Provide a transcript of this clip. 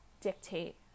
dictate